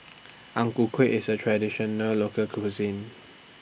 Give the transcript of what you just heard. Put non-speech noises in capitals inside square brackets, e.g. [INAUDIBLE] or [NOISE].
[NOISE] Ang Ku Kueh IS A Traditional Local Cuisine